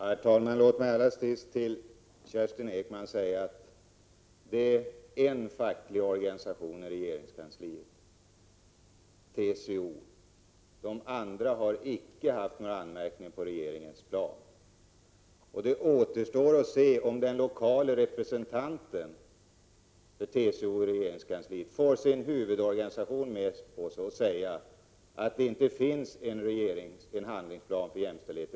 Herr talman! Låt mig allra sist till Kerstin Ekman säga: Det gäller bara en facklig organisation i regeringskansliet — TCO-S, som lokalt är kritisk. De andra fackliga organisationerna har inte haft sådana anmärkningar mot regeringens jämställdhetsplan. Det återstår också att se om den lokale representanten i regeringskansliet får TCO-S, sin huvudorganisation, med sig efter det att pågående tvisteförhandlingar har avslutats.